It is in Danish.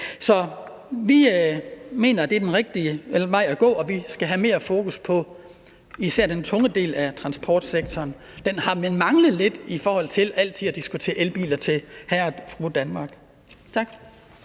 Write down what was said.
Så vi mener, at det er den rigtige vej at gå, og at vi skal have mere fokus på især den tunge del af transportsektoren, for den har man manglet lidt, i forhold til at man altid diskuterer elbiler til hr. og fru Danmark. Tak.